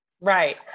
Right